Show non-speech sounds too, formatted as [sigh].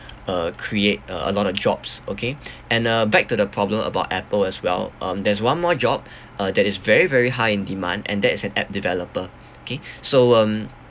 uh create uh a lot of jobs okay [noise] and uh back to the problem about Apple as well um there's one more job uh that is very very high in demand and that is an app developer okay so um